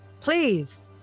Please